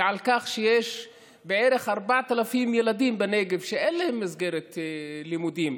על כך שיש בערך 4,000 ילדים בנגב שאין להם מסגרת לימודים,